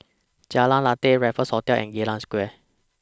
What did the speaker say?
Jalan Lateh Raffles Hotel and Geylang Square